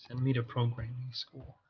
and meet a programming school